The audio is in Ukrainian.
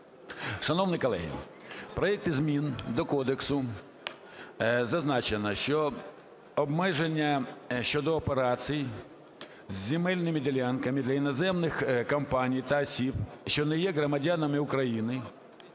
Шановні колеги, в проекті змін до кодексу зазначено, що обмеження щодо операцій з земельними ділянками для іноземних компаній та осіб, що не є громадянами України,